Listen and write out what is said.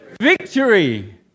victory